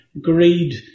greed